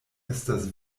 estas